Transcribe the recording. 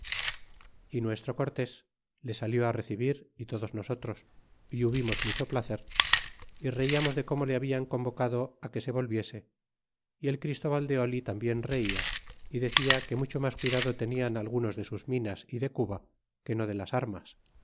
y nuestro cortés le salió recibir y todos nosotros y hubimos mucho placer y reiamos de corno le hablan convocado que se volviese y el christobal de oli tambien reia y decia que lucho mas cuidado tenian algunos de sus minas y de cuba que no de las armas